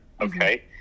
Okay